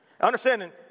Understanding